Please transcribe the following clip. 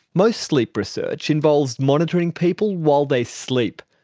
most sleep research involves monitoring people while they sleep.